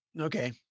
Okay